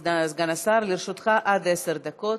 אדוני סגן השר, לרשותך עד עשר דקות.